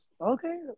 Okay